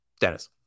Dennis